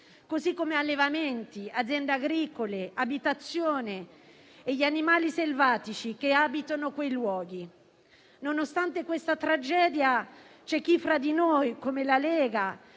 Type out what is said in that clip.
così come allevamenti, aziende agricole, abitazioni e animali selvatici che abitano quei luoghi. Nonostante questa tragedia, tra di noi c'è chi, come la Lega,